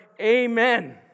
Amen